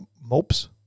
mopes